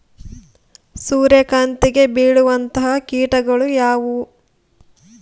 ಸೂರ್ಯಕಾಂತಿಗೆ ಬೇಳುವಂತಹ ಕೇಟಗಳು ಯಾವ್ಯಾವು?